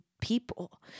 people